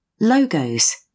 Logos